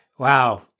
Wow